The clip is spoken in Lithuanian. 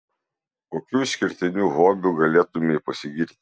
kokiu išskirtiniu hobiu galėtumei pasigirti